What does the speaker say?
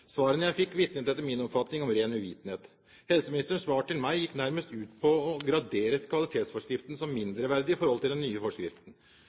Svarene jeg fikk, vitnet etter min oppfatning om ren uvitenhet. Helseministerens svar til meg gikk nærmest ut på å gradere kvalitetsforskriften som mindreverdig i forhold til den nye forskriften.